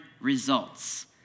results